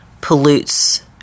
pollutes